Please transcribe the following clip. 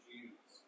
Jews